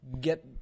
get –